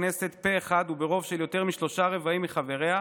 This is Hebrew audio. הכנסת פה אחד וברוב של יותר משלושה רבעים מחבריה,